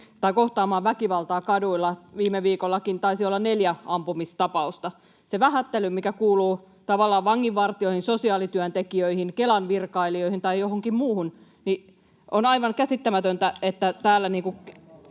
kohtaamaan väkivaltaa kaduilla. Viime viikollakin taisi olla neljä ampumistapausta. Se vähättely kohdistuu tavallaan vanginvartijoihin, sosiaalityöntekijöihin, Kelan virkailijoihin tai johonkin muuhun. On aivan käsittämätöntä, että täällä